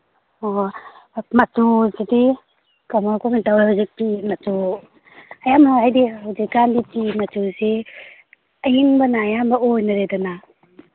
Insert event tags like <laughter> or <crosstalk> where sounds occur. ꯑꯣ ꯃꯆꯨꯁꯤꯗꯤ ꯀꯩꯅꯣꯗ <unintelligible> ꯐꯤ ꯃꯆꯨ <unintelligible> ꯍꯧꯖꯤꯛꯀꯥꯟꯗꯤ ꯐꯤ ꯃꯆꯨꯁꯤ ꯑꯌꯤꯡꯕꯅ ꯑꯌꯥꯝꯕ ꯑꯣꯏꯅꯔꯦꯗꯅ